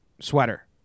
Sweater